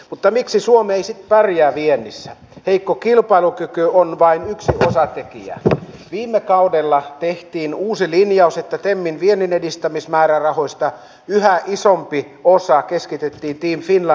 mutta miksi suomi ei se pärjää päihdeäideille osoitettu lisäresurssi on vain yksitoista tikkiä ja viime kaudella tehtiin uusi linjaus että temin vienninedistämismäärärahoista yhä isompi osa äärettömän tärkeä